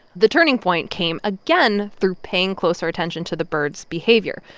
the turning point came again through paying closer attention to the birds' behavior.